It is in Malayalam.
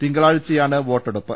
തിങ്കളാഴ്ചയാണ് വോട്ടെടുപ്പ്